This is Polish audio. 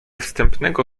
wstępnego